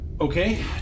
Okay